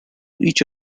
each